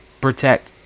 protect